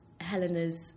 Helena's